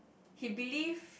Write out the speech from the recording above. he believed